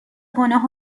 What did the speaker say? گناه